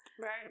Right